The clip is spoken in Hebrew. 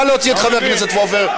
נא להוציא את חבר הכנסת פורר.